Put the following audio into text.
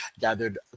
gathered